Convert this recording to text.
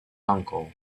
uncle